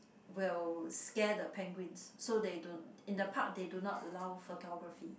will scare the penguins so they don't in the park they do not allow photography